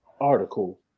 article